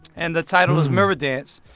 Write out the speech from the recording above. and the title is mirror dance.